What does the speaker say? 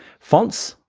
fonts,